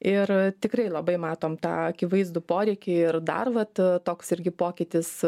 ir tikrai labai matom tą akivaizdų poreikį ir dar vat toks irgi pokytis